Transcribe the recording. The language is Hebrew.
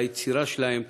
על היצירה שלהם,